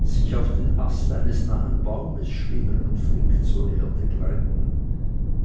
sich auf den ast eines nahen baumes schwingen und flink zur erde